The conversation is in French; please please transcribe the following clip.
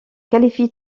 qualifie